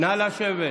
נא לשבת.